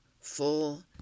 full